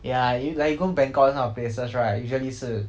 ya you like you go bangkok those kind of places right usually 是